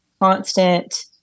constant